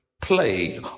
play